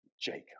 Jacob